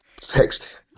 text